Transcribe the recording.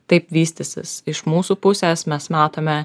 taip vystysis iš mūsų pusės mes matome